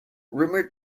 rumoured